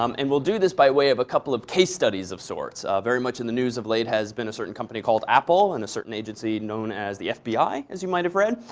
um and we'll do this by way of a couple of case studies of sorts. very much in the news of late has been a certain company called apple and a certain agency known as the fbi, as you might have read.